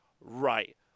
right